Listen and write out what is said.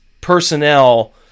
personnel